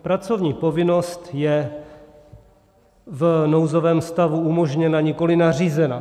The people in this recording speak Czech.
Pracovní povinnost je v nouzovém stavu umožněna, nikoliv nařízena.